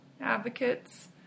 Advocates